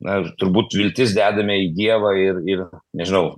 na turbūt viltis dedame į dievą ir ir nežinau